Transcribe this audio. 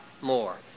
more